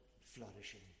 flourishing